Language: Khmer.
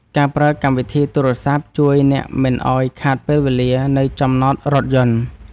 ការប្រើកម្មវិធីទូរសព្ទ ជួយអ្នកមិនឱ្យខាតពេលវេលានៅចំណតរថយន្ត។